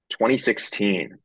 2016